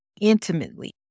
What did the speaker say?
intimately